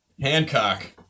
Hancock